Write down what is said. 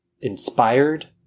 inspired